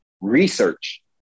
research